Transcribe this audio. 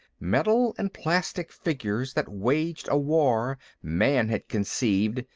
metal and plastic figures that waged a war man had conceived,